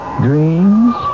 dreams